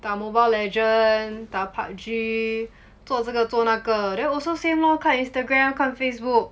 打 Mobile Legend 打 PUBG 做这个做那个 then also same lor 看 Instagram 看 Facebook